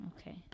Okay